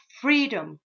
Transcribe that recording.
freedom